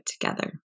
together